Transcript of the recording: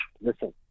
listen